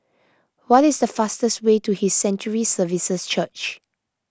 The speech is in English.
What is the fastest way to His Sanctuary Services Church